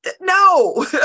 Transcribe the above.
No